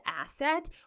asset